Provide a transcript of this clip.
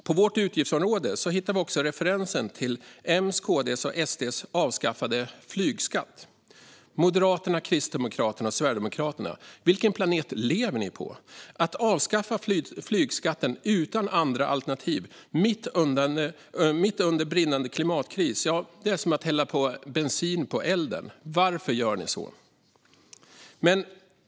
På vårt utgiftsområde hittar vi också referensen till den av M, KD och SD avskaffade flygskatten. Moderaterna, Kristdemokraterna och Sverigedemokraterna! Vilken planet lever ni på? Att mitt under brinnande klimatkris avskaffa flygskatten utan andra alternativ är som att hälla bensin på elden. Varför gör ni så?